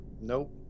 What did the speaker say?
Nope